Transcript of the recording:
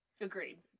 Agreed